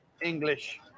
English